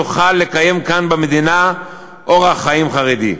נוכל לקיים כאן במדינה אורח חיים חרדי.